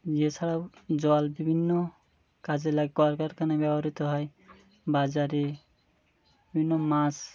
এ ছাড়াও জল বিভিন্ন কাজে লাগে করলকারখানায় ব্যবহৃত হয় বাজারে বিভিন্ন মাছ